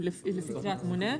"שליחת חשבון גז5.